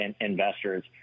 investors